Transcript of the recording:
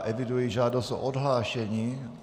Eviduji žádost o odhlášení.